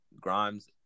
Grimes